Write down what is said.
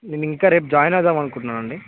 నేను ఇంకా రేపు జాయిన్ అవుదాము అనుకుంటున్నాను అండి